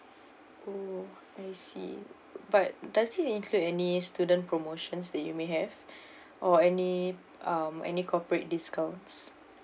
oh I see but does this include any student promotions that you may have or any um any corporate discounts